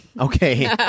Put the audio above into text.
okay